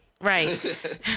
Right